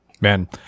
man